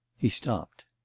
he stopped.